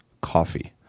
Coffee